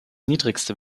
niedrigste